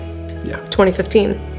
2015